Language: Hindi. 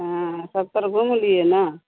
हाँ सब तर घूम लिए न